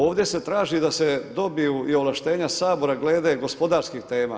Ovdje se traži da se dobiju i ovlaštenja Sabora glede gospodarskih tema.